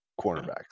cornerbacks